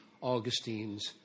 Augustine's